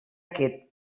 que